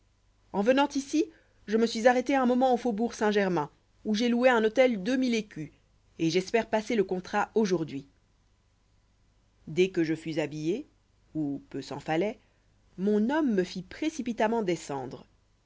en venant ici je me suis arrêté un moment au faubourg saint-germain où j'ai loué un hôtel deux mille écus et j'espère passer le contrat aujourd'hui dès que je fus habillé ou peu s'en falloit mon homme me fit précipitamment descendre